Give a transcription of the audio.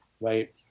right